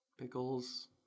Pickles